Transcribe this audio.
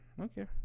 Okay